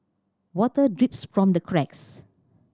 water drips from the cracks